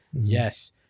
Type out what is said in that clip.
Yes